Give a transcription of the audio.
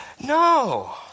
No